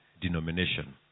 denomination